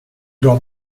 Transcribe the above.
door